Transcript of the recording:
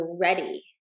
ready